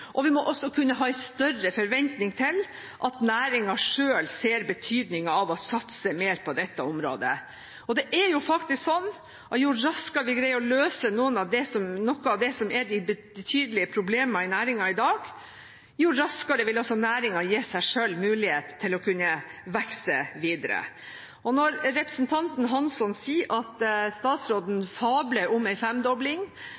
enda mer må satse på forskning og innovasjon, og vi må også kunne ha en større forventning til at næringen selv ser betydningen av å satse mer på dette området. Og det er jo faktisk sånn at jo raskere vi greier å løse noen av de betydelige problemene i næringen i dag, jo raskere vil også næringen gi seg selv mulighet til å kunne vokse videre. Når representanten Hansson sier at statsråden fabler om en femdobling,